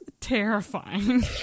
terrifying